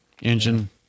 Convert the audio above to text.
engine